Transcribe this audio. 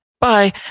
Bye